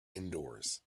indoors